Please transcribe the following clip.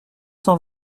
cent